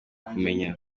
kumenya